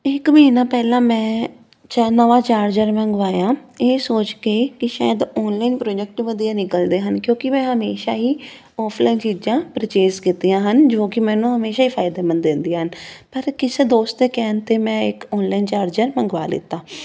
ਇੱਕ ਮਹੀਨਾ ਪਹਿਲਾਂ ਮੈਂ ਚਾ ਨਵਾਂ ਚਾਰਜਰ ਮੰਗਵਾਇਆ ਇਹ ਸੋਚ ਕੇ ਕਿ ਸ਼ਾਇਦ ਓਨਲਾਈਨ ਪ੍ਰੋਜੈਕਟ ਵਧੀਆ ਨਿਕਲਦੇ ਹਨ ਕਿਉਂਕਿ ਮੈਂ ਹਮੇਸ਼ਾ ਹੀ ਆਫਲਾਈਨ ਚੀਜ਼ਾਂ ਪਰਚੇਸ ਕੀਤੀਆਂ ਹਨ ਜੋ ਕਿ ਮੈਨੂੰ ਹਮੇਸ਼ਾ ਹੀ ਫਾਇਦੇਮੰਦ ਦਿੰਦੀਆਂ ਹਨ ਪਰ ਕਿਸੇ ਦੋਸਤ ਦੇ ਕਹਿਣ 'ਤੇ ਮੈਂ ਇੱਕ ਓਨਲਾਈਨ ਚਾਰਜਰ ਮੰਗਵਾ ਲਿਆ